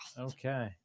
Okay